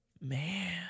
Man